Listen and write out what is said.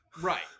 Right